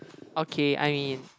okay I mean